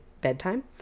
bedtime